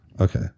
Okay